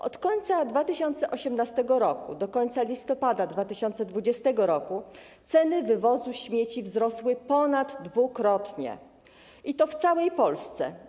Od końca 2018 r. do końca listopada 2020 r. ceny wywozu śmieci wzrosły ponaddwukrotnie w całej Polsce.